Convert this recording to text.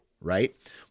right